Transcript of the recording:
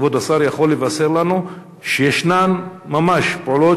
כבוד השר יכול לבשר לנו שישנן ממש פעולות